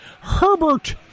Herbert